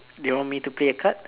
you want me to play a card